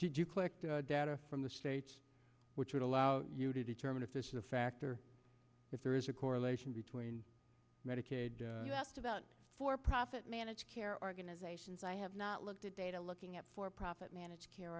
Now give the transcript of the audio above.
did you collect data from the state which would allow you to determine if this is a fact or if there is a correlation between medicaid for profit managed care organizations i have not looked at data looking at for profit managed care